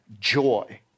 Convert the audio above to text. joy